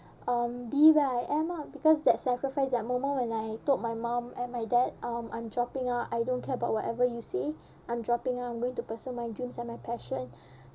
um be where I am ah because that sacrifice that moment when I told my mum and my dad um I'm dropping out I don't care about whatever you say I'm dropping out I'm going to pursue my dreams and my passion